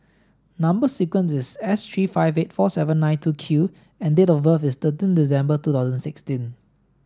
number sequence is S three five eight four seven nine two Q and date of birth is thirteen December two thousand sixteen